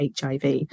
hiv